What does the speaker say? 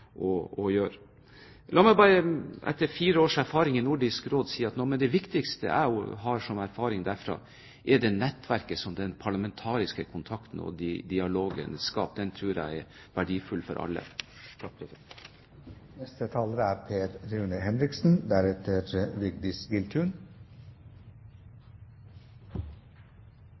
å gjøre. La meg bare etter fire år i Nordisk Råd si at noe av den viktigste erfaringen derfra er det nettverket som den parlamentariske kontakten og dialogen skaper. Det tror jeg er verdifullt for alle. Jeg tror det perspektivet som foregående taler,